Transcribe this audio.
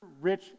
rich